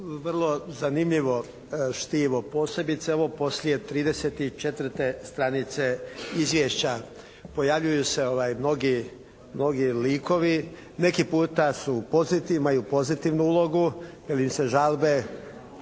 vrlo zanimljivo štivo. Posebice ovo poslije 34. stranice Izvješća. Pojavljuju se mnogi likovi, neki puta su pozitivni, imaju pozitivnu ulogu jer im se žalbe,